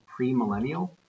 premillennial